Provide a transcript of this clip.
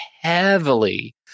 heavily